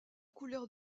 couleur